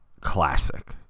classic